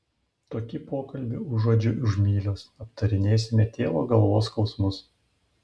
tokį pokalbį užuodžiu už mylios aptarinėsime tėvo galvos skausmus